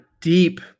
deep